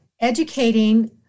educating